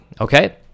Okay